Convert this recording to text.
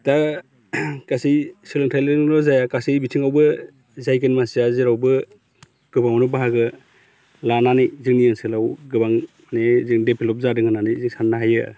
दा गासै सोलोंथाइजोंल' जाया गासै बिथिङावबो जायगानि मानसिया जेरावबो गोबाङावनो बाहागो लानानै जोंनि ओनसोलाव गोबां मानि जों डेभेलप जादों होननानै जों साननो हायो